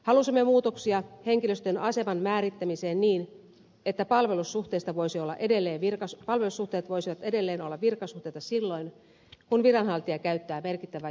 halusimme muutoksia henkilöstön aseman määrittämiseen niin että palvelussuhteista voisi olla edelleen kirkas palvelussuhteet voisivat edelleen olla virkasuhteita silloin kun viranhaltija käyttää merkittävää julkista valtaa